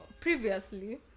previously